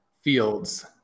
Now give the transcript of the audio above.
fields